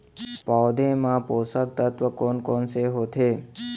पौधे मा पोसक तत्व कोन कोन से होथे?